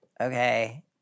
okay